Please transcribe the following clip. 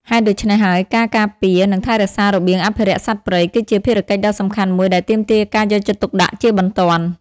ហេតុដូច្នេះហើយ ការការពារ និងថែរក្សារបៀងអភិរក្សសត្វព្រៃ គឺជាភារកិច្ចដ៏សំខាន់មួយដែលទាមទារការយកចិត្តទុកដាក់ជាបន្ទាន់។